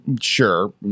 Sure